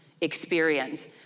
experience